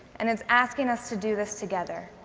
and it's asking us to do this together.